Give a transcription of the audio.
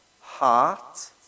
heart